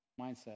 mindset